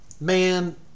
man